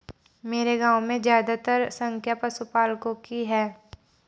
मेरे गांव में ज्यादातर संख्या पशुपालकों की है